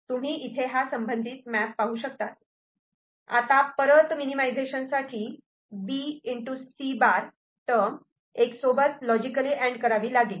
तुम्ही इथे हा संबंधित मॅप पाहू शकतात आता परत मिनिमिझेशन साठी B C' टर्म '1' सोबत लॉजिकली अँड करावी लागेल